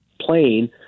plane